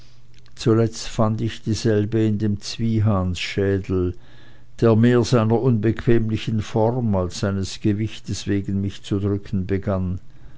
zuletzt fand ich dieselbe in dem zwiehansschädel der mehr seiner unbequemlichen form als seines gewichtes wegen mich zu drücken begann